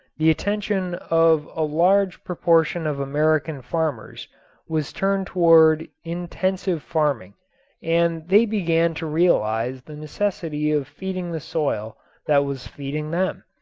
the attention of a large proportion of american farmers was turned toward intensive farming and they began to realize the necessity of feeding the soil that was feeding them.